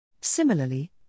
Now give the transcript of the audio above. Similarly